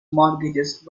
mortgages